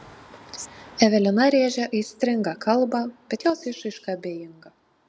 evelina rėžia aistringą kalbą bet jos išraiška abejinga